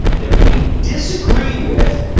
that we disagree with,